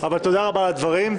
אבל תודה רבה על הדברים.